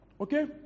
Okay